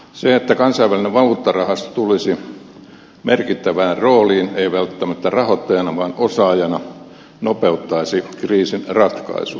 se että kansainvälinen valuuttarahasto tulisi merkittävään rooliin ei välttämättä rahoittajana vaan osaajana nopeuttaisi kriisin ratkaisua